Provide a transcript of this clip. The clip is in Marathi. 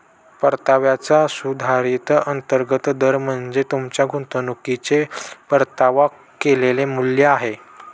परताव्याचा सुधारित अंतर्गत दर म्हणजे तुमच्या गुंतवणुकीचे परतावा केलेले मूल्य आहे